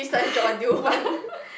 !wah!